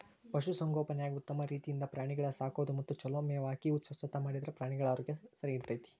ಪಶು ಸಂಗೋಪನ್ಯಾಗ ಉತ್ತಮ ರೇತಿಯಿಂದ ಪ್ರಾಣಿಗಳ ಸಾಕೋದು ಮತ್ತ ಚೊಲೋ ಮೇವ್ ಹಾಕಿ ಸ್ವಚ್ಛತಾ ಮಾಡಿದ್ರ ಪ್ರಾಣಿಗಳ ಆರೋಗ್ಯ ಸರಿಇರ್ತೇತಿ